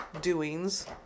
doings